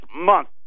month